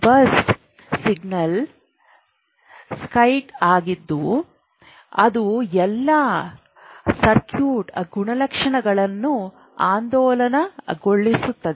burst single spike ಆಗಿದ್ದು ಅದು ಎಲ್ಲಾ ಸರ್ಕ್ಯೂಟ್ ಗುಣಲಕ್ಷಣಗಳನ್ನು ಆಂದೋಲನಗೊಳಿಸುತ್ತದೆ